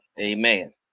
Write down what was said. Amen